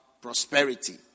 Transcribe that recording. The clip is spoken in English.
prosperity